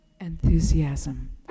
enthusiasm